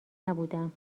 نبودم